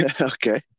Okay